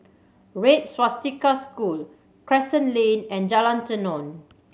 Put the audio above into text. Red Swastika School Crescent Lane and Jalan Tenon